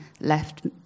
left